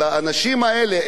עם סיכון גבוה,